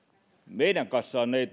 meidän kassaan ei